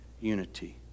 unity